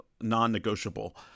non-negotiable